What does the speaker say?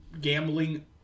gambling